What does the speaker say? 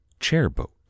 Chairboat